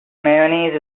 mayonnaise